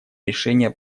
решение